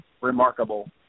remarkable